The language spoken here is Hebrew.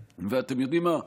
ואתם יודעים מה,